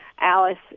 Alice